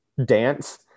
dance